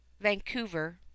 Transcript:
Vancouver